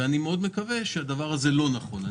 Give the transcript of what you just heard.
אני מקווה מאוד שהדבר הזה לא נכון.